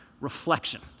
reflection